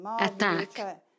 attack